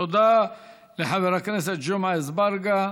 תודה לחבר הכנסת ג'מעה אזברגה.